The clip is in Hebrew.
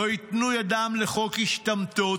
לא ייתנו ידם לחוק השתמטות.